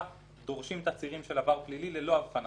דורשים תצהירים של עבר פלילי ללא הבחנה,